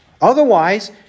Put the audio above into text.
Otherwise